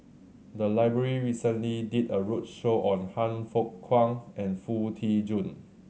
the library recently did a roadshow on Han Fook Kwang and Foo Tee Jun